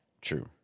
True